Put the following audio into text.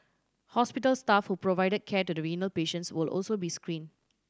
hospital staff who provided care to the renal patients will also be screened